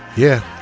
yeah.